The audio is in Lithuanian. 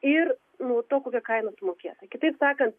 ir nuo to kokia kaina sumokėta kitaip sakant